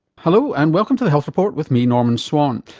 hello and welcome to the health report with me norman swan.